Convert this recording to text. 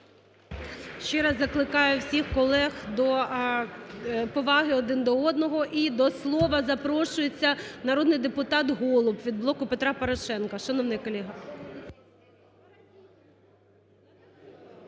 Ще раз закликаю всіх колег до поваги один до одного. І до слова запрошується народний депутат Голуб від "Блоку Петра Порошенка",